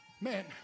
man